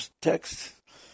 text